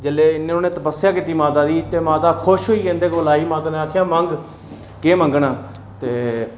तपस्या कीती माता दी ते माता खुश होइयै इंदें कोल आई उ'नें आखेआ मंग केह् मंगना ते